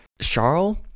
Charles